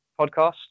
podcast